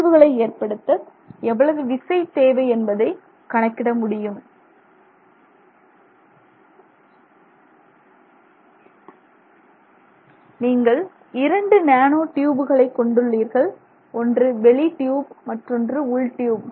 அதிர்வுகளை ஏற்படுத்த எவ்வளவு விசை தேவை என்பதை கணக்கிட முடியும் நீங்கள் 2 நேனோ டியூப்களை கொண்டுள்ளீர்கள் ஒன்று வெளி டியூப் மற்றொன்று உள் டியூப்